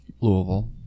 Louisville